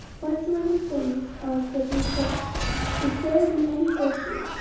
whatsoever things are of good report if there be any virtue,